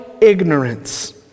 ignorance